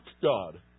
God